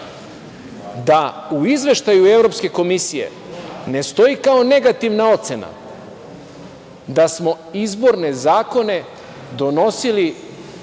da u Izveštaju Evropske komisije ne stoji kao negativna ocena da smo izborne zakone donosili